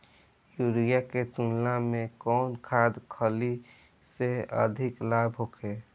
Urea के तुलना में कौन खाध खल्ली से अधिक लाभ होखे?